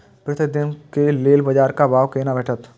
प्रत्येक दिन के लेल बाजार क भाव केना भेटैत?